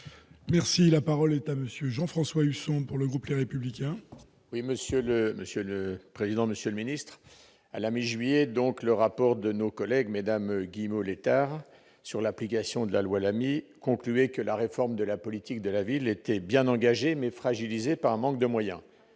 matière. La parole est à M. Jean-François Husson, pour le groupe Les Républicains. Monsieur le président, monsieur le ministre, à la mi-juillet, le rapport de nos collègues Mmes Guillemot et Létard sur l'application de la loi Lamy concluait que la réforme de la politique de la ville était « bien engagée, mais fragilisée par un manque de moyens